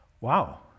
Wow